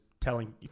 telling